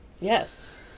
Yes